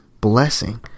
blessing